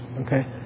okay